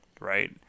right